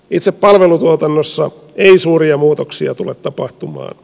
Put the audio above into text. itse palvelutuotannossa ei suuria muutoksia tule tapahtumaan